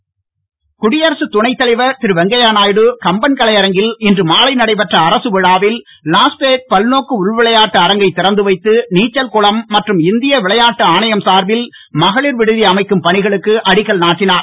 அரசு விழா குடியரசு துணைத் தலைவர் திரு வெங்கைய நாயுடு கம்பன்கலையரங்கில் இன்று மாலை நடைபெற்ற அரசு விழாவில் லாஸ்பேட் பல்நோக்கு உள்விளையாட்டு அரங்கை நிறந்து வைத்து நீச்சல்குளம் மற்றும் இந்திய விளையாட்டு ஆணையம் சார்பில் மகளிர் விடுதி அமைக்கும் பணிகளுக்கு அடிக்கல் நாட்டினார்